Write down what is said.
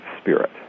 spirit